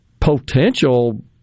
potential